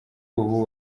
ubu